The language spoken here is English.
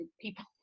people